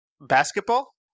basketball